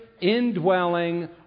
indwelling